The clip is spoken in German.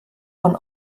von